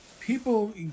People